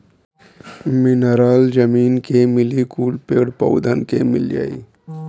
mineral जमीन के मिली कुल पेड़ पउधन के मिल जाई